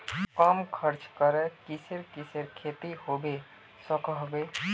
कम खर्च करे किसेर किसेर खेती होबे सकोहो होबे?